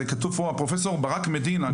זה כתוב פה הפרופסור ברק מדינה,